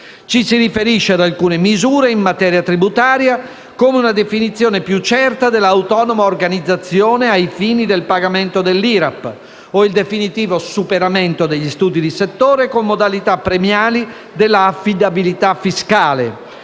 Ci si riferisce ad alcune misure in materia tributaria, come una definizione più certa della "autonoma organizzazione" ai fini del pagamento dell'IRAP o il definitivo superamento degli studi di settore, con modalità premiali dell'affidabilità fiscale,